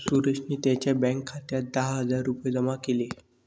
सुरेशने त्यांच्या बँक खात्यात दहा हजार रुपये जमा केले